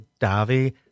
Davi